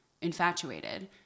infatuated